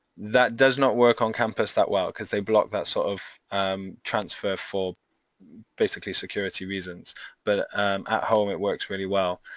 that does not work on campus that well because they blocked that sort of um transfer for basically security reasons but at home it works really well.